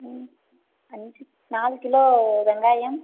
அஞ்சு நாலு கிலோ வெங்காயம்